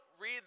read